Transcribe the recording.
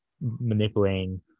manipulating